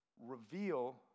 reveal